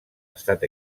estat